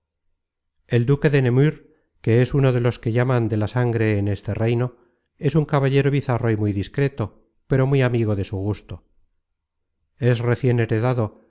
el duque de nemurs que es uno de los que llaman de la sangre en este reino es un caballero bizarro y muy discreto pero muy amigo de su gusto es recien heredado